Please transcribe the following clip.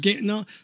No